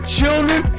children